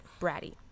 bratty